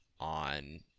on